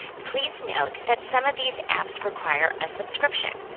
please note that some of these apps require a subscription.